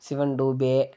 Sivan Dube